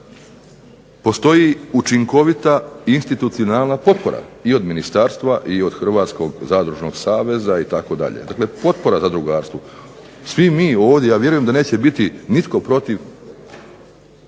postoji učinkovita institucionalna potpora i od ministarstva i od Hrvatskog zadružnog saveza itd., dakle potpora zadrugarstvu. Svi mi ovdje, ja vjerujem da neće biti nitko protiv,